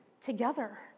together